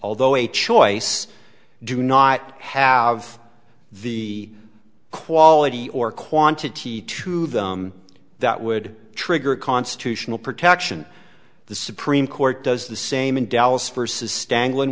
although a choice do not have the quality or quantity to them that would trigger a constitutional protection the supreme court does the same in dallas for says stangl in